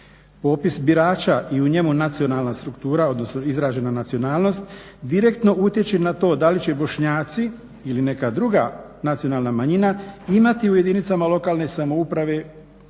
Popis birača i u njemu nacionalna struktura, odnosno izražena nacionalnost, direktno utječe na to da li će Bošnjaci ili neka druga nacionalna manjina imati u jedinicama lokalne samouprave Vijeće